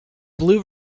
blue